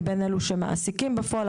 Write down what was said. מבין אלו שמעסיקים בפועל,